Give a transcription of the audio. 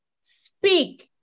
Speak